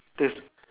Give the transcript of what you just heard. there's